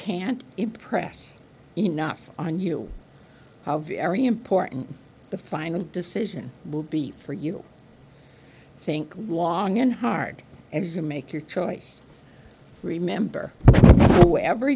can't impress enough on you every important the final decision will be for you think long and hard as you make your choice remember wherever